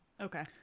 okay